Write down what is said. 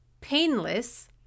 painless